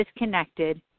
disconnected